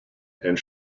and